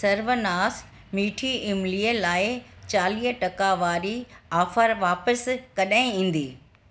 सर्वनास मीठी इमली लाइ चालीह टका वारी ऑफर वापसि कॾहिं ईंदी